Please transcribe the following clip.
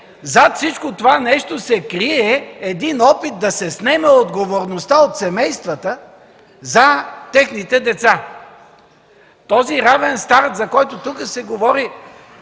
зад всичко това нещо се крие един опит да се снеме отговорността от семействата за техните деца? Този равен старт, за който се говори